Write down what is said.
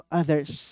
others